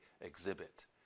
exhibit